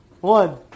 One